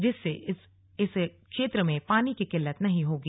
जिससे इस क्षेत्र में पानी की किल्लत नहीं होगी